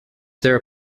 there